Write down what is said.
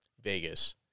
Vegas